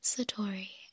Satori